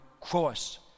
cross